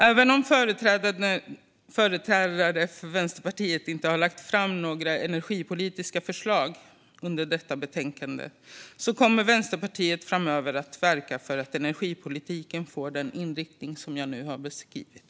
Även om företrädare för Vänsterpartiet inte har lagt fram några energipolitiska förslag i detta betänkande kommer Vänsterpartiet framöver verka för att energipolitiken får den inriktning som jag nu har beskrivit.